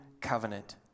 covenant